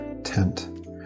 tent